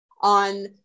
on